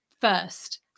first